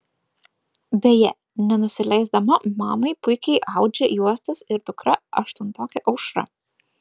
beje nenusileisdama mamai puikiai audžia juostas ir dukra aštuntokė aušra